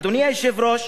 אדוני היושב-ראש,